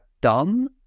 done